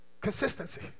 Consistency